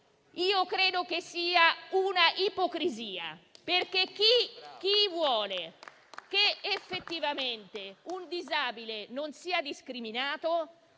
No). Credo che sia una ipocrisia, perché chi vuole che effettivamente un disabile non sia discriminato